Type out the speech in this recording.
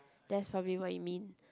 that's probably what you mean